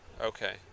Okay